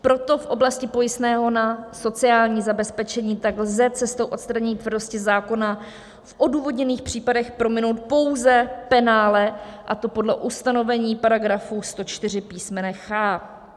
Proto v oblasti pojistného na sociální zabezpečení lze cestou odstranění tvrdosti zákona v odůvodněných případech prominout pouze penále, a to podle ustanovení § 104 písm. ch).